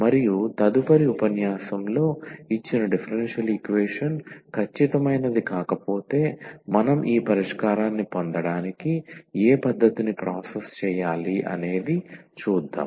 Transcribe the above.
మరియు తదుపరి ఉపన్యాసంలో ఇచ్చిన డిఫరెన్షియల్ ఈక్వేషన్ ఖచ్చితమైనది కాకపోతే మనం ఈ పరిష్కారాన్ని పొందడానికి ఏ పద్ధతిని ప్రాసెస్ చేయాలి అనేది చూద్దాం